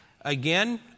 Again